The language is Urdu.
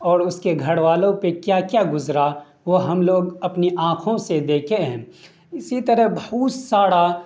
اور اس کے گھر والوں پہ کیا کیا گزرا وہ ہم لوگ اپنی آنکھوں سے دیکھے ہیں اسی طرح بہت سارا